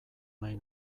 nahi